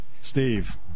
Steve